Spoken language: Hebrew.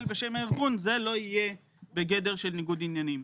בשם הארגון זה לא יהיה בגדר של ניגוד עניינים.